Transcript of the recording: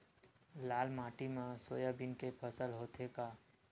लाल माटी मा सोयाबीन के फसल होथे का?